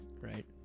Right